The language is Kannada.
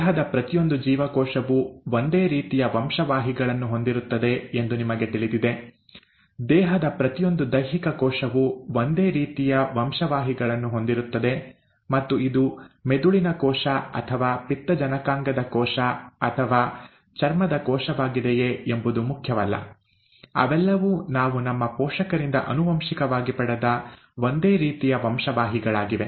ದೇಹದ ಪ್ರತಿಯೊಂದು ಜೀವಕೋಶವು ಒಂದೇ ರೀತಿಯ ವಂಶವಾಹಿಗಳನ್ನು ಹೊಂದಿರುತ್ತದೆ ಎಂದು ನಿಮಗೆ ತಿಳಿದಿದೆ ದೇಹದ ಪ್ರತಿಯೊಂದು ದೈಹಿಕ ಕೋಶವು ಒಂದೇ ರೀತಿಯ ವಂಶವಾಹಿಗಳನ್ನು ಹೊಂದಿರುತ್ತದೆ ಮತ್ತು ಇದು ಮೆದುಳಿನ ಕೋಶ ಅಥವಾ ಪಿತ್ತಜನಕಾಂಗದ ಕೋಶ ಅಥವಾ ಚರ್ಮದ ಕೋಶವಾಗಿದೆಯೆ ಎಂಬುದು ಮುಖ್ಯವಲ್ಲ ಅವೆಲ್ಲವೂ ನಾವು ನಮ್ಮ ಪೋಷಕರಿಂದ ಆನುವಂಶಿಕವಾಗಿ ಪಡೆದ ಒಂದೇ ರೀತಿಯ ವಂಶವಾಹಿಗಳಾಗಿವೆ